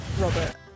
Robert